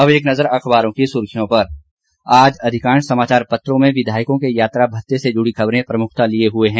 अब एक नजर अखबारों की सुर्खियों पर आज अधिकांश समाचार पत्रों में विधायकों के यात्रा भत्ते से जुड़ी खबरें प्रमुखता लिए हुए है